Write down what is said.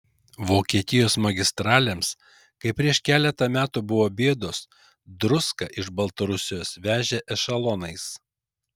vokietijos magistralėms kai prieš keletą metų buvo bėdos druską iš baltarusijos vežė ešelonais